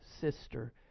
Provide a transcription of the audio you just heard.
sister